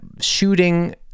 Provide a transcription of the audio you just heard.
shooting